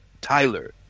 Tyler